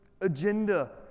agenda